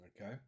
okay